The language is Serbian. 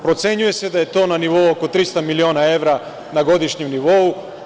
Procenjuje se da je to na nivou oko 300 miliona evra na godišnjem nivou.